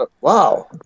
wow